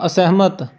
ਅਸਹਿਮਤ